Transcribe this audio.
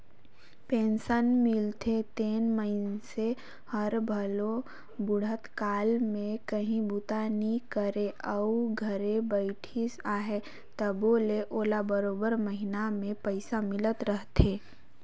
pension मिलथे तेन मइनसे हर भले बुढ़त काल में काहीं बूता नी करे अउ घरे बइठिस अहे तबो ले ओला बरोबेर महिना में पइसा मिलत रहथे